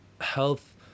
health